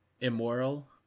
immoral